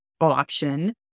option